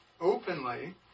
openly